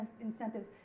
incentives